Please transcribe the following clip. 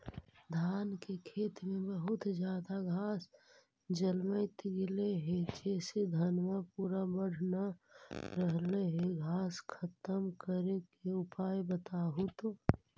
धान के खेत में बहुत ज्यादा घास जलमतइ गेले हे जेसे धनबा पुरा बढ़ न रहले हे घास खत्म करें के उपाय बताहु तो?